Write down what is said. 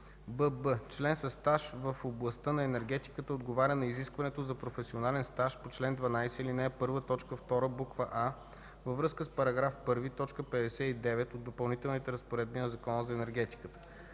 бб) член със стаж в областта на енергетиката отговаря на изискването за професионален стаж по чл. 12, ал. 1, т. 2, буква „а“ във връзка с § 1, т. 59 от Допълнителните разпоредби на Закона за енергетиката;